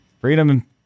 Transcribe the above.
Freedom